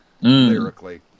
Lyrically